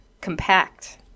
compact